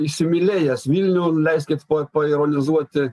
įsimylėjęs vilnių leiskit po paironizuoti